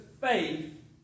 faith